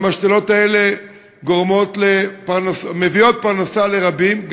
והמשתלות האלה מביאות פרנסה לרבים,